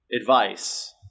advice